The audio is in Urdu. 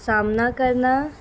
سامنا کرنا